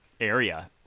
area